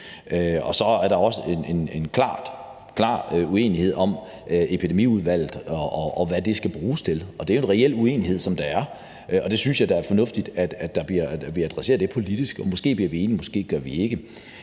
Så er der også en klar, klar uenighed om Epidemiudvalget, og hvad det skal bruges til. Det er jo en reel uenighed, som der er, og jeg synes da, det er fornuftigt, at vi adresserer det politisk. Måske bliver vi enige, måske bliver vi det